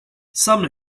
some